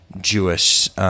Jewish